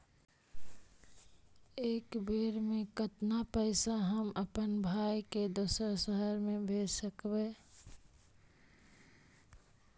एक बेर मे कतना पैसा हम अपन भाइ के दोसर शहर मे भेज सकबै?